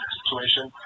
situation